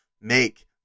make –